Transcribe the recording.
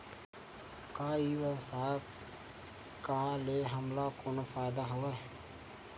का ई व्यवसाय का ले हमला कोनो फ़ायदा हवय?